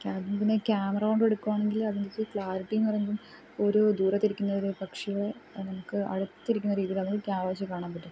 ക്യാ പിന്നെ ക്യാമറ കൊണ്ടെടുക്കുവാണെങ്കിൽ അതിൻറ്റൊരു ക്ലാരിറ്റീന്ന് പറയുന്നതും ഒരു ദൂരത്തിരിക്കുന്ന ഒരു പക്ഷിയെ നമുക്ക് അടുത്തിരിക്കുന്ന രീതീൽ നമുക്ക് ക്യാം വെച്ച് കാണാമ്പറ്റും